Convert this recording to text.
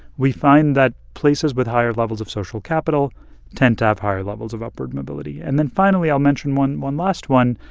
we find that places with higher levels of social capital tend to have higher levels of upward mobility and then finally, i'll mention one one last one.